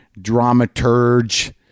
dramaturge